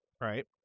right